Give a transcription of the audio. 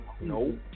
No